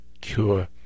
cure